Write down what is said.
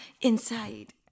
inside